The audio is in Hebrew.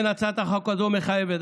מעורערת, לכן הצעת החוק הזאת מחייבת.